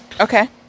Okay